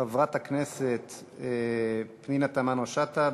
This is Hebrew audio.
חברת הכנסת פנינה תמנו-שטה,